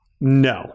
No